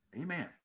Amen